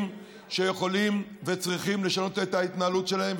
שיכולים וצריכים לשנות את ההתנהלות שלהם,